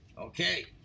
Okay